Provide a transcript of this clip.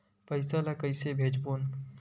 पईसा ला कइसे भेजबोन?